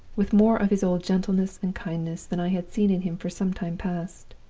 with more of his old gentleness and kindness than i had seen in him for some time past.